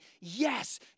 yes